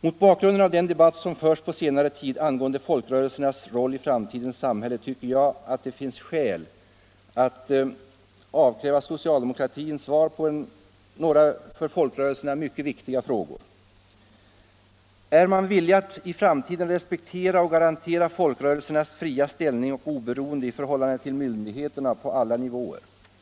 Mot bakgrund av den debatt som förts på senare tid angående folkrörelsernas roll i framtidens samhälle, tycker jag att det finns skäl att avkräva socialdemokratin svar på några för folkrörelserna mycket viktiga frågor. Är man villig att i framtiden respektera och garantera folkrörelsernas fria ställning och oberoende i förhållande till myndigheter på alla nivåer?